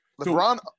LeBron-